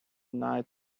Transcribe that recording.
night